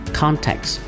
context